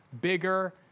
bigger